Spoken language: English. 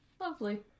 Lovely